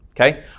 Okay